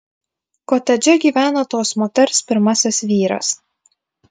kotedže gyvena tos moters pirmasis vyras